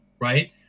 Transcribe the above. right